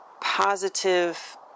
positive